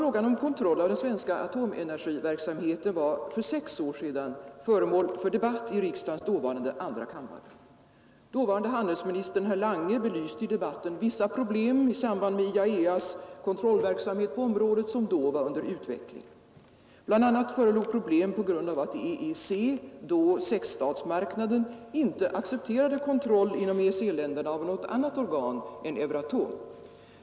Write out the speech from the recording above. Frågan om kontroll av den svenska atomenergiverksamheten var för sex år sedan föremål för debatt i riksdagens dåvarande andra kammare. Dåvarande handelsministern herr Lange belyste i debatten vissa problem i samband med IAEA:s kontrollverksamhet på området, som då var under utveckling. BI. a. förelåg problem på grund av att EEC — då sexstatsmarknaden — inte accepterade kontroll inom EEC-länderna av något annat organ än Euratom.